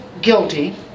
guilty